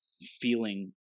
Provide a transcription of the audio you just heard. feeling